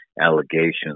allegations